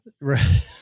Right